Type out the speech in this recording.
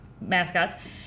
mascots